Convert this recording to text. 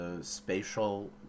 spatial